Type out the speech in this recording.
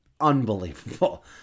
Unbelievable